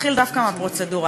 נתחיל דווקא בפרוצדורלי.